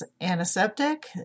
antiseptic